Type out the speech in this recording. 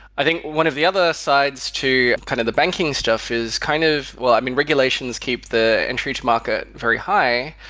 i think one of the other sides to kind of the banking stuff is kind of well, i mean, regulations keep the entry to market very high,